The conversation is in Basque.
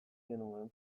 genuen